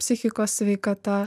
psichikos sveikata